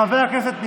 חבר הכנסת,